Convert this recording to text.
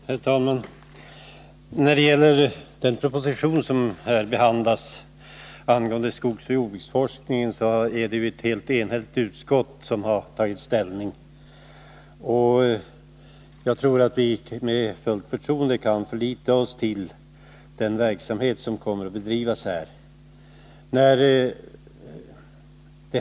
Herr talman! När det gäller den proposition angående skogsoch jordbruksforskningen som här behandlats är det ju ett enhälligt utskott som tagit ställning, och jag tror att vi kan hysa fullt förtroende för den verksamhet 7 som kommer att bedrivas.